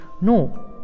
no